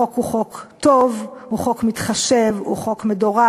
החוק הוא חוק טוב, הוא חוק מתחשב, הוא חוק מדורג,